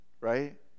right